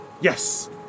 yes